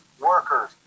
workers